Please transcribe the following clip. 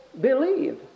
believe